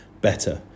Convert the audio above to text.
better